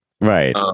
Right